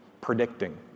predicting